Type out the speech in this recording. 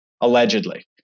allegedly